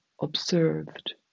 observed